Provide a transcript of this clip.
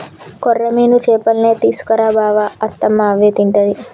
కొర్రమీను చేపల్నే తీసుకు రా బావ అత్తమ్మ అవే తింటది